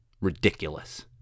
Ridiculous